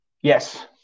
Yes